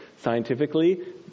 scientifically